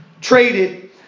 traded